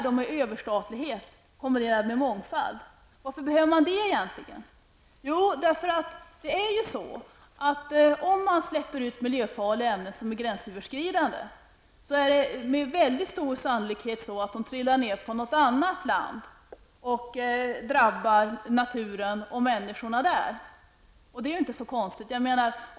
Sedan beträffande överstatlighet kombinerad med mångfald: Varför behöver vi det egentligen? Jo, därför att om vi släpper ut miljöfarliga ämnen som är gränsöverskridande, hamnar dessa med stor sannolikhet i något annat land och drabbar naturen och människorna där. Det är inte så konstigt.